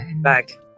Back